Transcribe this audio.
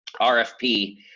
RFP